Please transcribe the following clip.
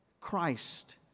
Christ